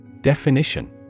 Definition